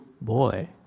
boy